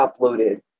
uploaded